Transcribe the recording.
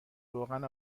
روغن